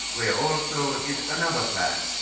where also is another fla.